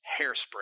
Hairspray